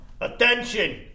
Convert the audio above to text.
Attention